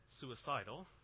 suicidal